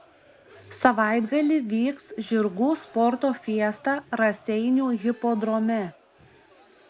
savaitgalį vyks žirgų sporto fiesta raseinių hipodrome